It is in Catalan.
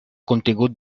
contingut